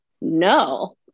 no